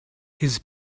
his